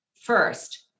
First